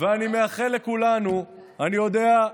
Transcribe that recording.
אני מאחל לכולנו, אני יודע,